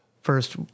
first